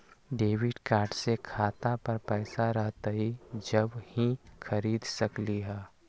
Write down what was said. Debit card से खाता पर पैसा रहतई जब ही खरीद सकली ह?